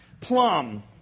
plum